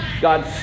God